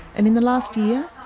and in the last year,